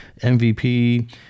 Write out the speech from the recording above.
MVP